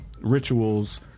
rituals